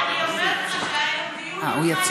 אני אומרת לך שהיה היום דיון עם חיים כץ.